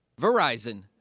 Verizon